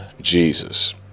Jesus